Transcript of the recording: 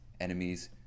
enemies